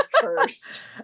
first